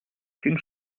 qu’une